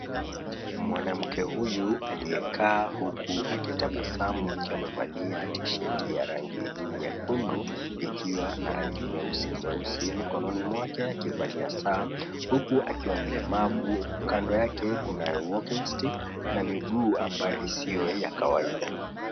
Mwanamke huyu aliyekaa huku akitabasamu akiwa amevalia t-shirt ya rangi nyekundu ikiwa na rangi nyeusi nyeusi mikononi mwake akivalia saa huku akiwa mlemavu. Kando yake kuna walking stick na miguu ambayo siyo ya kawaida.